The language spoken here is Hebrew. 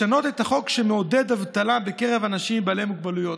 לשנות את החוק שמעודד אבטלה בקרב אנשים בעלי מוגבלויות.